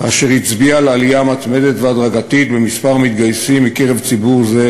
ואשר הצביע על עלייה מתמדת והדרגתית במספר המתגייסים מקרב ציבור זה,